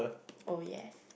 oh yes